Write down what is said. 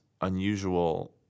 unusual